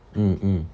mm mm